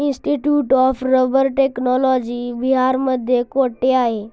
Institute of rubber technology बिहारमध्ये कोठे आहे?